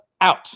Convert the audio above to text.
out